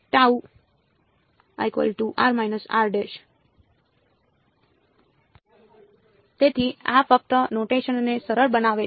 તેથી આ ફક્ત નોટેશનને સરળ બનાવે છે